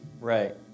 Right